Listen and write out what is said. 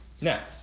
Now